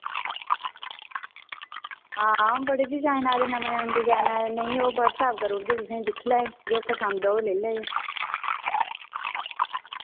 हां बड़े डिजाइन आए दे नमें नमें डिजाइन आए दे नेईं अ'ऊं व्हाट्सऐप्प करी ओड़गी तुसें दिक्खी लैएओ जो पसंद औग ले लैएओ